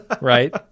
Right